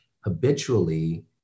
Habitually